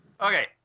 Okay